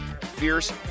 fierce